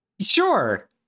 Sure